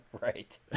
Right